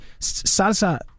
Salsa